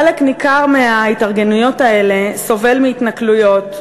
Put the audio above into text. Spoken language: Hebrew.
חלק ניכר מההתארגנויות האלה סובל מהתנכלויות,